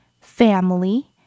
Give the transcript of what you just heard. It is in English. family